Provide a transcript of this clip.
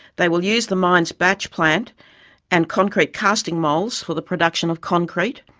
they will use the mine's batch plant and concrete casting moulds for the production of concrete,